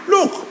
Look